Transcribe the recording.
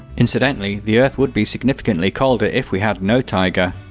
incidentally, the earth would be significantly colder if we had no taiga.